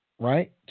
Right